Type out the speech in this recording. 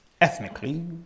Ethnically